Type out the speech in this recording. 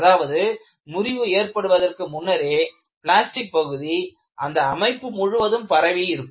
அதாவது முறிவு ஏற்படுவதற்கு முன்னரே பிளாஸ்டிக் பகுதி அந்த அமைப்பு முழுவதும் பரவியிருக்கும்